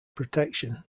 protection